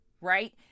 right